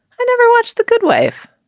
i never watch the good wife,